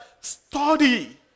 study